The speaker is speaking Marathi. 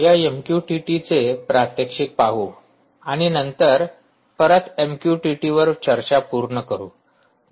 या एमक्यूटीटीचे प्रात्यक्षिक पाहू आणि नंतर परत एम क्यू टी टी वर चर्चा पूर्ण करू